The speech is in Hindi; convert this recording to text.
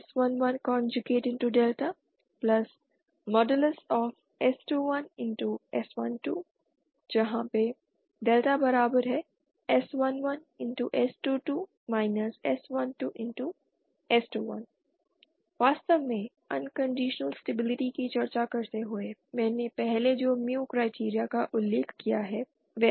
μ1 S112S22 S11∆S21S12 ∆S11S22 S12S21 वास्तव में अनकंडीशनल स्टेबिलिटी की चर्चा करते हुए मैंने पहले जो mu क्राइटेरिया का उल्लेख किया है वह है